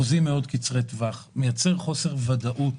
חוזים קצרי טווח שמייצרים חוסר ודאות.